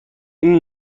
این